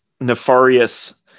nefarious